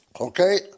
Okay